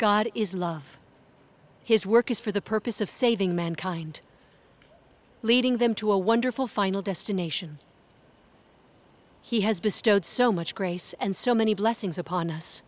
god is love his work is for the purpose of saving mankind leading them to a wonderful final destination he has bestowed so much grace and so many blessings upon us